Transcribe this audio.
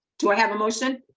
do i have a motion?